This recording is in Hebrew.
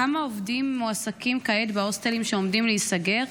כמה עובדים מועסקים כעת בהוסטלים שעומדים להיסגר?